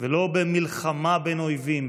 ולא במלחמה בין אויבים.